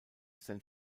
san